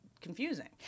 confusing